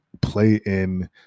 play-in